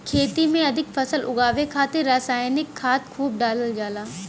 खेती में अधिक फसल उगावे खातिर रसायनिक खाद खूब डालल जाला